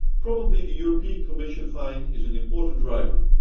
probably the european commission fine is an important driver.